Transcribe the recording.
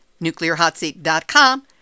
nuclearhotseat.com